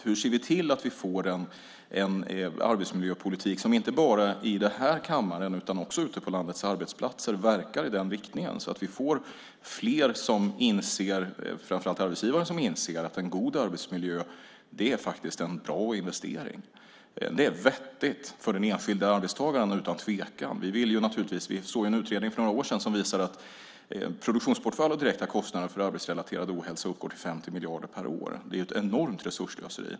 Hur ser vi till att få en arbetsmiljöpolitik som inte bara i den här kammaren utan också ute på landets arbetsplatser verkar i den riktningen, så att vi får fler framför allt arbetsgivare som inser att en god arbetsmiljö är en bra investering? Det är utan tvivel vettigt för den enskilde arbetstagaren. Vi såg en utredning för några år sedan som visade att produktionsbortfall och direkta kostnader för arbetsrelaterad ohälsa uppgår till 50 miljarder per år. Det är ett enormt resursslöseri.